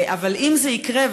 אבל אם זה יקרה,